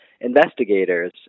investigators